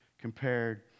compared